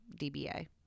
DBA